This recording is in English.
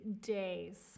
days